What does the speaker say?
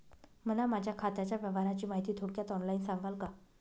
मला माझ्या खात्याच्या व्यवहाराची माहिती थोडक्यात ऑनलाईन सांगाल का?